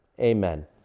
Amen